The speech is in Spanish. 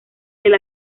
del